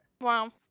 wow